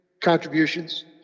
contributions